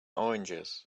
oranges